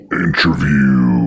interview